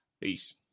peace